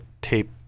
tape